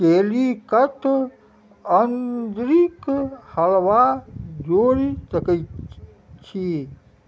चेलीकत्व अन्दरिक हलवा जोड़ि सकैत छी